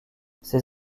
ses